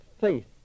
faith